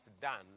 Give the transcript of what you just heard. done